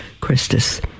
Christus